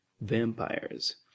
vampires